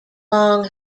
long